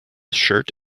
shirt